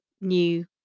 new